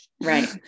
Right